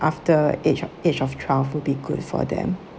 after age of age of twelve will be good for them